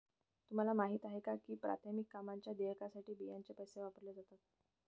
तुम्हाला माहिती आहे का की प्राथमिक कामांच्या देयकासाठी बियांचे पैसे वापरले जातात?